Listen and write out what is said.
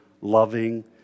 loving